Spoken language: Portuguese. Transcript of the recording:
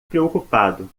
preocupado